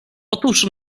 otóż